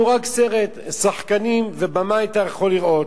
הסרט הוא רק סרט, שחקנים ובמאי אתה יכול לראות,